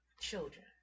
children